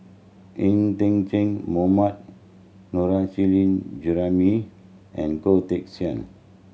Ng Mohammad Nurrasyid Juraimi and Goh Teck Sian